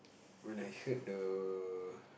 when I heard the